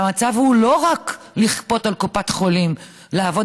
והמצב הוא לא רק לכפות על קופת חולים לעבוד